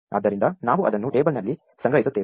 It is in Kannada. ಆದ್ದರಿಂದ ನಾವು ಅದನ್ನು ಟೇಬಲ್ನಲ್ಲಿ ಸಂಗ್ರಹಿಸುತ್ತೇವೆ